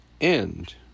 end